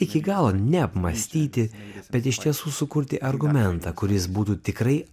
iki galo neapmąstyti bet iš tiesų sukurti argumentą kuris būtų tikrai